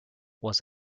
was